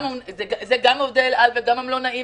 זה גם עובדי אל על וגם המלונאים,